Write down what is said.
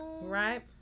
Right